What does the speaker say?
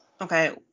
Okay